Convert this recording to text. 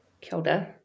Kilda